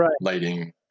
lighting